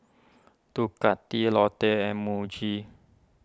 Ducati Lotte and Muji